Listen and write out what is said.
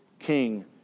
king